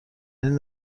این